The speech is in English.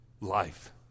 life